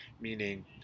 meaning